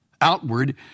outward